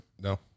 No